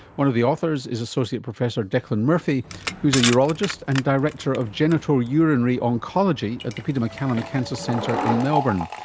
one of the authors is associate professor declan murphy who is a urologist and director of genital urinary oncology at the peter maccallum cancer centre in melbourne.